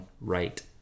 right